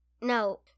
No